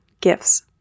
gifts